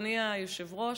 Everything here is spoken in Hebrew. אדוני היושב-ראש,